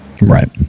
Right